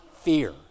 fear